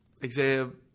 exam